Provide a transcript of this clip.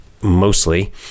mostly